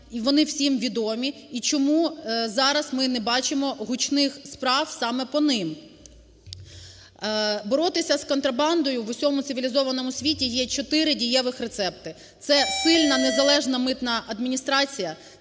вони всім відомі. І чому зараз ми не бачимо гучних справ саме по ним? Боротися з контрабандою в усьому цивілізованому світі є чотири дієвих рецепти. Це сильна, незалежна митна адміністрація.